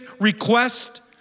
request